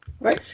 Right